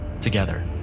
together